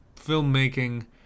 filmmaking